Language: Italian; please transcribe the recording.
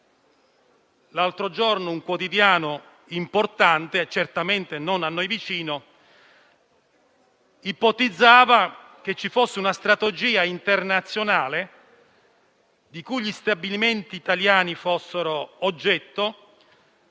L'altro giorno un quotidiano importante e certamente non vicino a noi ipotizzava che ci fosse una strategia internazionale di cui gli stabilimenti italiani fossero oggetto